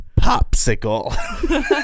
popsicle